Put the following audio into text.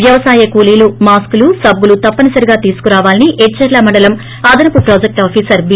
వ్యవసాయ కూలీలు మాస్కులు సబ్బులు తప్పనిసరిగా తీసుకు రావాలని ఎచ్చెర్ల మండలం అదనపు ప్రాజెక్ట్ ఆఫీసర్ బి